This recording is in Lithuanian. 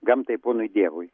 gamtai ponui dievui